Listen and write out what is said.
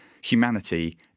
humanity